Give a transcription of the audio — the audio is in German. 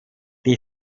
die